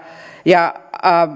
ja